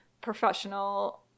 professional